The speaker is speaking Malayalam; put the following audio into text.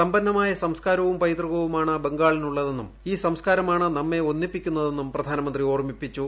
സമ്പന്നമായ സംസ്ക്കാരവും പൈതൃകവുമാണ് ബംഗാളിനുള്ളതെന്നും ഈ സംസ്ക്കാരമാണ് നമ്മെ ഒന്നിപ്പിക്കുന്നതെന്നും പ്രധാനമന്ത്രി ഓർമ്മിപ്പിച്ചു